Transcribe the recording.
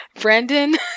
brandon